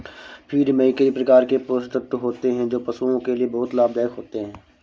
feed में कई प्रकार के पोषक तत्व होते हैं जो पशुओं के लिए बहुत लाभदायक होते हैं